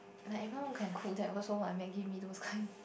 like everyone can cook that also what maggi-mee those kind